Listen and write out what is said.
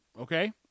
Okay